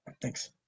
Thanks